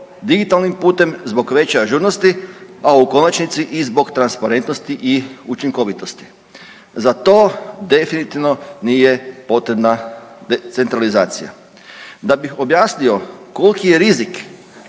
digitalnim putem zbog veće ažurnosti, a u konačnici i zbog transparentnosti i učinkovitosti. Za to definitivno nije potrebna centralizacija. Da bih objasnio koliki je rizik